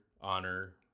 honor